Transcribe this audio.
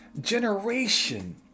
generation